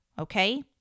okay